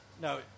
no